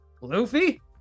Luffy